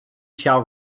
shall